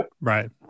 Right